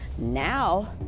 now